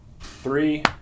three